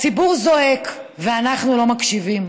הציבור זועק ואנחנו לא מקשיבים.